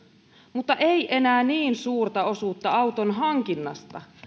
mutta ei enää niin suurta osuutta auton hankinnasta